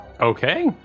Okay